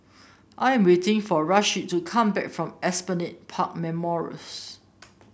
I am waiting for Rasheed to come back from Esplanade Park Memorials